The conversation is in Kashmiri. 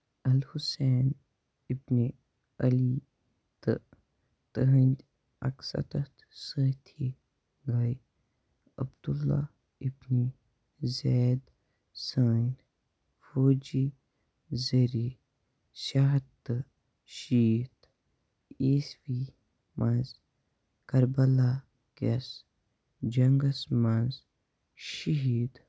الحسین ابنِ علی تہٕ تٔہٕنٛدۍ اَکہٕ سَتتھ سٲتھی گٔے عبداللہ ابنِ زید سٕنٛدۍ فوجہِ ذٔریعہِ شیٚے ہَتھ تہٕ شیٖتھ عیٖسوی منٛز کربلا کِس جنٛگس منٛز شہیٖد